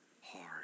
hard